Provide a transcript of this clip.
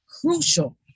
crucial